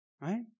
right